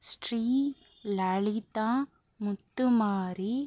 Sri Lalitha Muthumari